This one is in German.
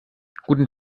guten